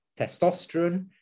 testosterone